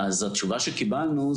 התשובה שקיבלנו,